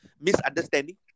misunderstanding